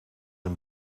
een